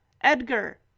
Edgar